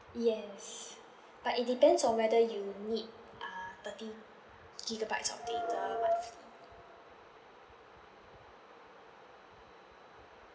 yes but it depends on whether you need uh thirty gigabytes of data monthly